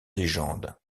légende